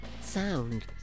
sound